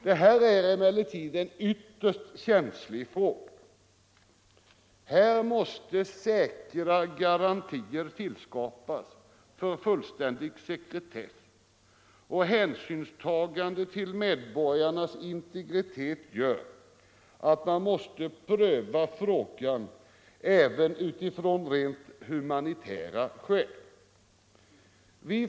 Det är emellertid en ytterst känslig fråga. Här måste säkra garantier skapas för fullständig sekretess, och hänsynstagande till medborgarnas integritet gör att man måste pröva frågan även av rent humanitära skäl.